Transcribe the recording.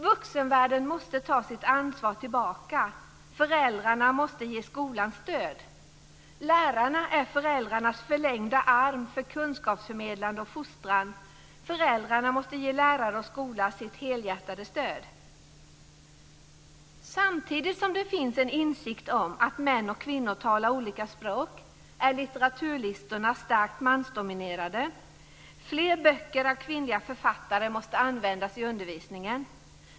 Vuxenvärlden måste ta tillbaka sitt ansvar. Föräldrarna måste ge skolan stöd. Lärarna är föräldrarnas förlängda arm för kunskapsförmedlande och fostran. Föräldrarna måste ge lärare och skola sitt helhjärtade stöd. Samtidigt som det finns en insikt om att män och kvinnor talar olika språk är litteraturlistorna starkt mansdominerade. Fler böcker av kvinnliga författare måste användas i undervisningen.